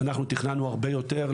אנחנו תכננו הרבה יותר.